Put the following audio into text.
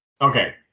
Okay